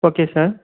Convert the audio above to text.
okay sir